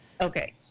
Okay